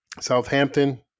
Southampton